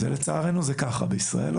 לצערנו, בישראל זה כך.